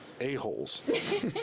a-holes